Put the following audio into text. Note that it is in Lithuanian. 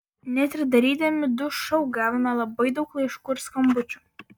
net ir darydami du šou gavome labai daug laiškų ir skambučių